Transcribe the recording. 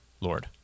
Lord